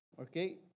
Okay